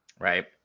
Right